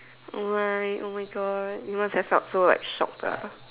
oh my oh my God you must've felt so like shocked ah